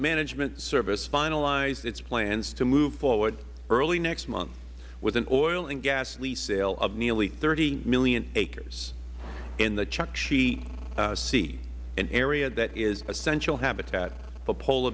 management service finalized its plans to move forward next month with an oil and gas lease sale of nearly thirty million acres in the chukchi sea an area that is essential habitat for polar